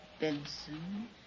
Benson